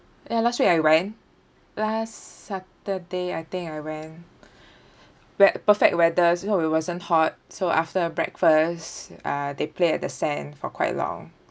ya last week I went last saturday I think I went weath~ perfect weathers you know it wasn't hot so after breakfast uh they play at the sand for quite long